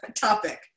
topic